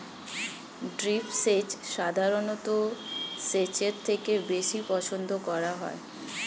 drip সেচ সাধারণ সেচের থেকে বেশি পছন্দ করা হয়